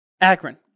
Akron